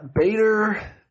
Bader